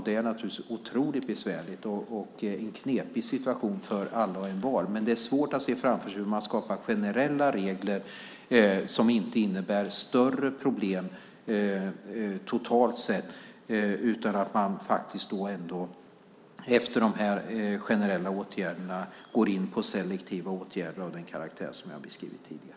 Det är naturligtvis otroligt besvärligt och en knepig situation för alla. Det är svårt att se hur man ska kunna skapa generella regler som inte skapar större problem totalt sett. Efter de generella åtgärderna går man nu in på sådana selektiva åtgärder som jag har beskrivit tidigare.